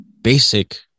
basic